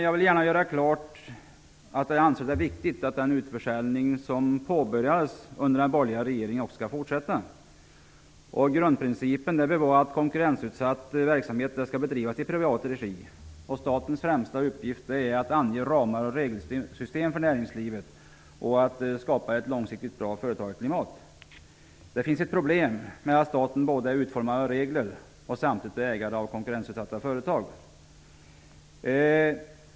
Jag vill gärna göra klart att jag anser att det är viktigt att den utförsäljning som påbörjades under den borgerliga regeringen skall fortsätta. Grundprincipen bör vara att konkurrensutsatt verksamhet skall bedrivas i privat regi. Statens främsta uppgift är att ange ramar och regelsystem för näringslivet och att skapa ett långsiktigt bra företagsklimat. Det finns ett problem med att staten både utformar regler och samtidigt är ägare av konkurrensutsatta företag.